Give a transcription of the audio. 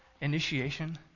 initiation